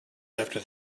after